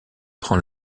prend